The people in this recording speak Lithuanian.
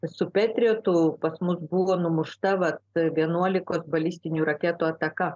pas mus buvo numušta vat per vienuolikos balistinių raketų ataka